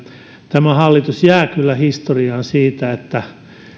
tämä hallitus jää kyllä historiaan siitä että